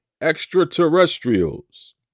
extraterrestrials